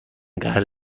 قرض